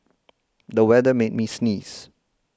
the weather made me sneeze